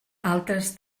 altres